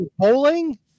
Polling